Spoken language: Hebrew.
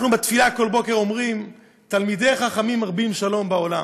אנחנו בתפילה כל בוקר אומרים: "תלמידי חכמים מרבים שלום בעולם".